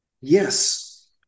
Yes